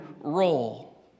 role